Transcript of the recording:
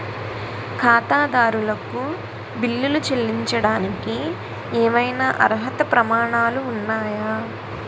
ఖాతాదారులకు బిల్లులు చెల్లించడానికి ఏవైనా అర్హత ప్రమాణాలు ఉన్నాయా?